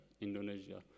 Indonesia